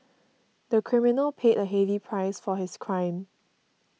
the criminal paid a heavy price for his crime